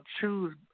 choose